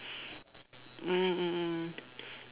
mm mm mm mm